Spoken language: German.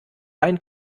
ein